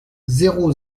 zéro